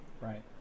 Right